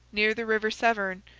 near the river severn,